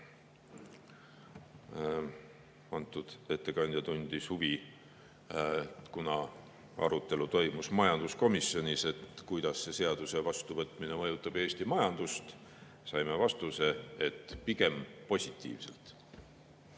Ettekandja tundis huvi, kuna arutelu toimus majanduskomisjonis, siis kuidas selle seaduse vastuvõtmine mõjutab Eesti majandust. Saime vastuse, et pigem positiivselt.